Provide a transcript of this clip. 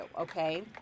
okay